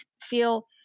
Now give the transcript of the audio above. feel